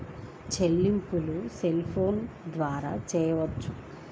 చెల్లింపులు cell phone ద్వారా చేయవచ్చా?